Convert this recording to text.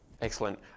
excellent